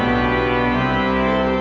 and